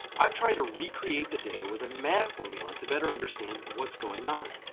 i'd try to recreate the data with a math formula to better understand what's going on.